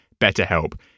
BetterHelp